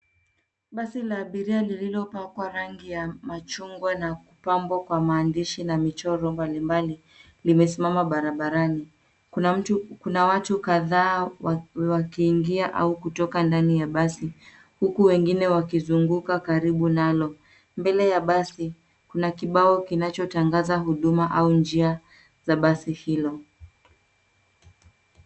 Basi la abiria lillilo pakwa rangi ya machungwa na kupambwa kwa maandishi na michoro mbali mbali limesimama barabarani kuna watu kadhaa wakiingia au kutoka ndani ya basi, huku wengine wakizunguka karibu nalo mbele ya basi kuna kibao kinachotangaza huduma au njia za basi hilo.